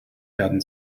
werden